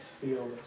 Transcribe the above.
feel